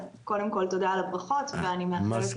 אז קודם כל תודה על הברכות ואני מאחלת